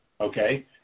Okay